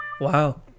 Wow